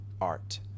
art